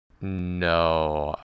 No